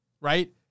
right